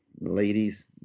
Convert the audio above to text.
ladies